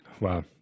Wow